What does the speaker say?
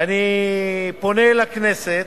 ואני פונה לכנסת